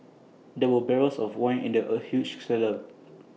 there were barrels of wine in the A huge cellar